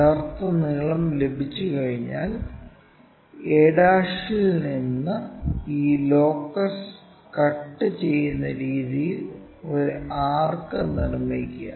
യഥാർത്ഥ നീളം ലഭിച്ചുകഴിഞ്ഞാൽ a' ഇൽ നിന്ന് ഈ ലോക്കസ് കട്ട് ചെയ്യുന്ന രീതിയിൽ ഒരു ആർക്ക് നിർമ്മിക്കുക